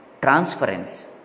Transference